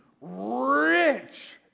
rich